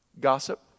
Gossip